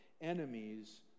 enemies